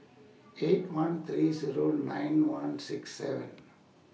eight one three Zero nine one six seven